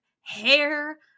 hair